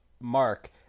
Mark